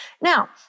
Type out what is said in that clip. Now